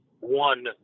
one